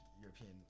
European